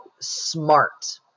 smart